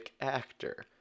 actor